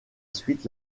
suite